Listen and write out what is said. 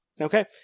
Okay